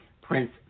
Prince